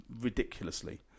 ridiculously